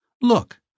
Look